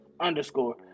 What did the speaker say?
underscore